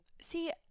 See